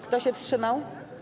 Kto się wstrzymał?